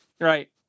Right